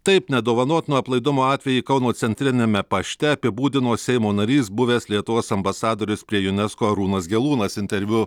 taip nedovanotino aplaidumo atvejį kauno centriniame pašte apibūdino seimo narys buvęs lietuvos ambasadorius prie unesco arūnas gelūnas interviu